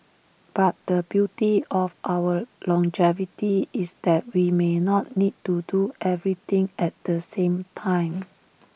but the beauty of our longevity is that we may not need to do everything at the same time